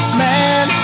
man